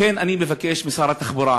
לכן אני מבקש משר התחבורה